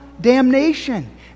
damnation